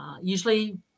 usually